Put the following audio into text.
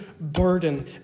burden